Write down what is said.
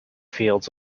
fields